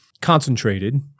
concentrated